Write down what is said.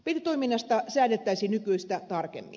peitetoiminnasta säädettäisiin nykyistä tarkemmin